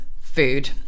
food